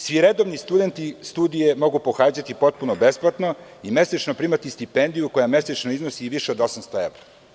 Svi redovni studenti studije mogu pohađati potpuno besplatno i mesečno primati stipendiju koja mesečno iznosi više od 800 evra.